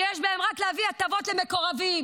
שיש בהם רק להביא הטבות למקורבים,